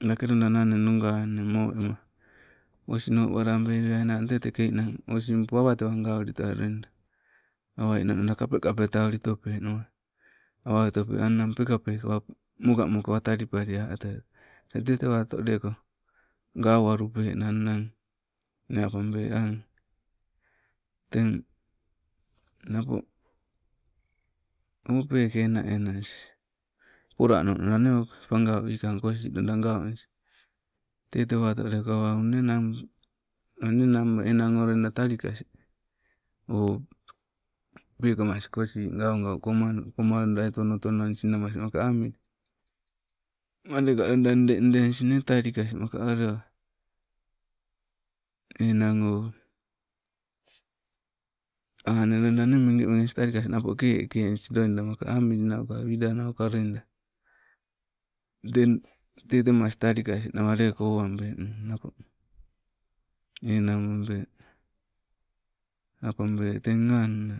lake loida nang eh nugan eh moo oma osno walabei weainang, tee tekee ninag, osimpo awa tewa gauli towai, awa ninang loida kapeta kapekape taulitope nawa, awa ootope ang nang pekapekawa, mokamokawa talipali a' oto, tee te tewatoleko, gau walupenang nne apabe ng. Teng, napo, o peke ena enas, pola nonala nee o, pangau wikang kosii loida gaunis. Tee tewato leko awa onne nang, one nang enang loida talikas, oh pekamas kosii gaugauko manunuko andali tonotonois namaskoka amamili madekaloida neeka ede edenis talikas maka allewa, enang oh, ang loidanee megemenis talikas nappo kekenis loida maka amillinouka willanauka eng, tee temas talikas leko awanbenna nappo enang babe, aapabe teng anna.